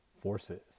Forces